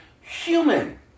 human